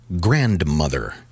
grandmother